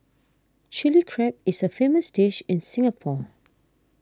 Chilli Crab is a famous dish in Singapore